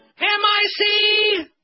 M-I-C